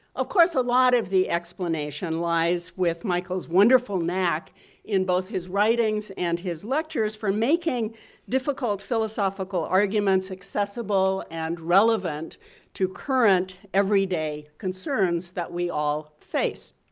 of course, a lot of the explanation lies with michael's wonderful knack in both his writings and his lectures for making difficult philosophical arguments accessible and relevant to current everyday concerns that we all face.